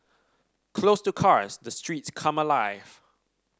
closed to cars the streets come alive